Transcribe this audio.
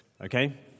Okay